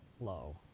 low